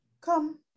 come